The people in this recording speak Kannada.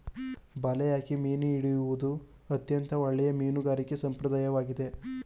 ಬಲೆ ಹಾಕಿ ಮೀನು ಹಿಡಿಯುವುದು ಅತ್ಯಂತ ಹಳೆಯ ಮೀನುಗಾರಿಕೆ ಸಂಪ್ರದಾಯವಾಗಿದೆ